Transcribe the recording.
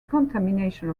contamination